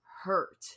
hurt